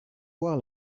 voir